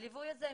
הליווי הזה,